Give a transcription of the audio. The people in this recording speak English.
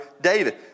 David